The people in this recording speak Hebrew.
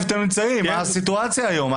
תבין איפה אתם נמצאים, מה הסיטואציה היום.